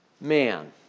man